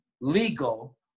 legal